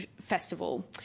festival